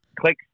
click